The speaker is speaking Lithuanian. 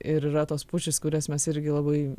ir yra tos pušys kurias mes irgi labai